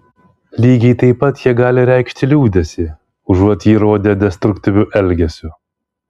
lygiai taip pat jie gali reikšti liūdesį užuot jį rodę destruktyviu elgesiu